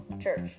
church